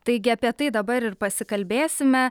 taigi apie tai dabar ir pasikalbėsime